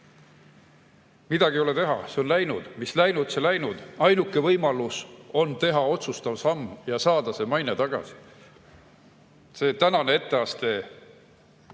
Midagi ei ole teha, see on läinud. Mis läinud, see läinud, ainuke võimalus on teha otsustav samm ja saada maine tagasi. See tänane etteaste,